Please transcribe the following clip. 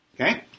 Okay